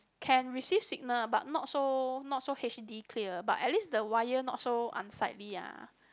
can receive signal but not so not so H_D clear but at least the wire not so unsightly ah